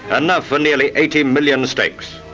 and enough for nearly eighty million steaks.